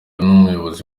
n’umuyobozi